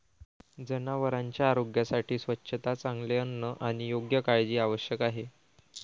जनावरांच्या आरोग्यासाठी स्वच्छता, चांगले अन्न आणि योग्य काळजी आवश्यक आहे